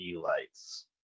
lights